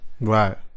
Right